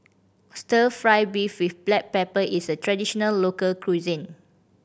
Stir Fry beef with black pepper is a traditional local cuisine